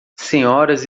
senhoras